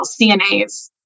CNAs